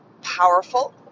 powerful